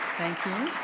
thank you.